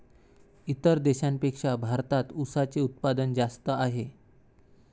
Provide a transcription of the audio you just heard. इतर देशांपेक्षा भारतात उसाचे उत्पादन जास्त आहे